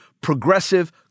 progressive